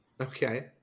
Okay